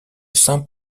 saint